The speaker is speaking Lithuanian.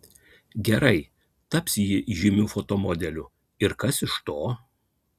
gerai taps ji žymiu fotomodeliu ir kas iš to